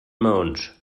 maons